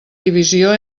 divisió